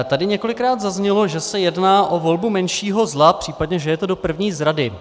Tady několikrát zaznělo, že se jedná o volbu menšího zla, příp. že je to do první zrady.